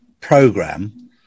program